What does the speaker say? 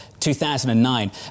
2009